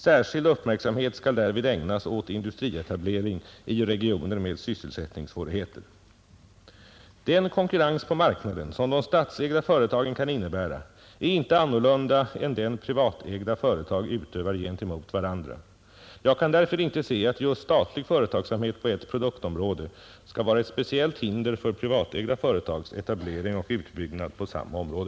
Särskild uppmärksamhet skall därvid ägnas åt industrietablering i regioner med sysselsättningssvårigheter. Den konkurrens på marknaden som de statsägda företagen kan innebära är inte annorlunda än den privatägda företag utövar gentemot varandra. Jag kan därför inte se att just statlig företagsamhet på ett produktområde skall vara ett speciellt hinder för privatägda företags etablering och utbyggnad på samma område.